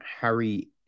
Harry